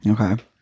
Okay